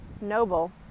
noble